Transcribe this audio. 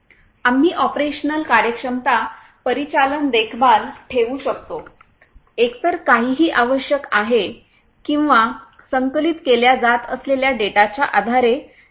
आम्ही ऑपरेशनल कार्यक्षमता परिचालन देखभाल ठेवू शकतो एकतर काहीही आवश्यक आहे किंवा संकलित केल्या जात असलेल्या डेटाच्या आधारे नाही